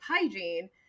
hygiene